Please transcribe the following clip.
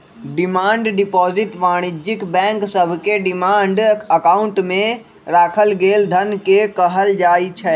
demand deposit वाणिज्यिक bank सभके demand account में राखल गेल धन के कहल जाइ छै